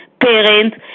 parents